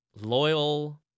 loyal